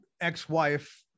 ex-wife